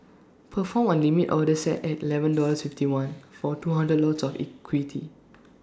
perform A limit order set at Eleven dollars fifty one for two hundred of equity